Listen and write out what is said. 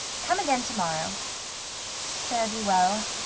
come again to-morrow fare thee well.